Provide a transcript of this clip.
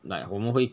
like 我们会